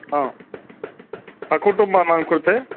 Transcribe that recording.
हा सकुटुम्बानां कृते